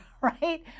right